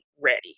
ready